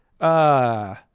uh-